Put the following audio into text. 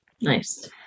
Nice